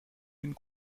unes